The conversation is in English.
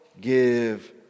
give